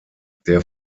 der